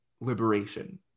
liberation